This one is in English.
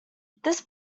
this